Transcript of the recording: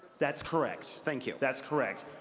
that's correct, thank you. that's correct.